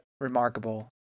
remarkable